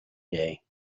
day